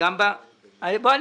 היה גם לגבי הנושא של העובדים שיהיו